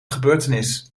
gebeurtenis